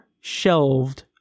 shelved